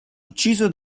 ucciso